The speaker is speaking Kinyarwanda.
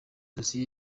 dosiye